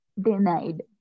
denied